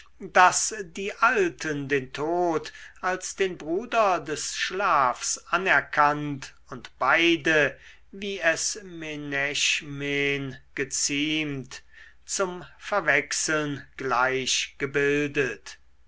daß die alten den tod als den bruder des schlafs anerkannt und beide wie es menächmen geziemt zum verwechseln